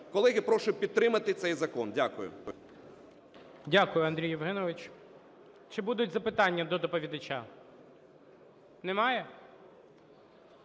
Колеги, прошу підтримати цей закон. Дякую. ГОЛОВУЮЧИЙ. Дякую, Андрій Євгенович. Чи будуть запитання до доповідача? Немає?